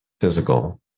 physical